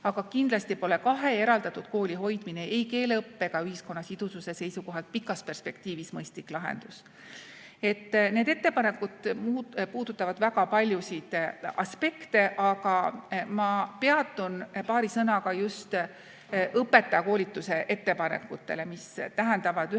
aga kindlasti pole kahe eraldatud kooli hoidmine ei keeleõppe ega ühiskonna sidususe seisukohalt pikas perspektiivis mõistlik lahendus. Need ettepanekud puudutavad väga paljusid aspekte, aga ma peatun paari sõnaga just õpetajakoolituse ettepanekutel, mis tähendavad ühelt